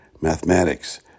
mathematics